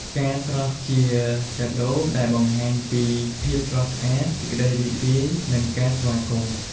ផ្កាស្រស់ជាកាដូដែលបង្ហាញពី ភាពស្រស់ស្អាត សេចក្តីរីករាយ និង ការស្វាគមន៍។